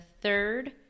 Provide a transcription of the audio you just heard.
third